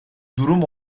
durum